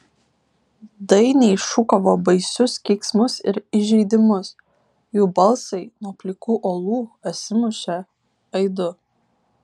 dainiai šūkavo baisius keiksmus ir įžeidimus jų balsai nuo plikų uolų atsimušė aidu